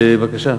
בבקשה.